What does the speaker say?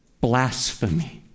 blasphemy